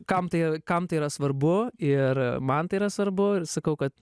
kam tai kam tai yra svarbu ir man tai yra svarbu ir sakau kad